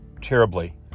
terribly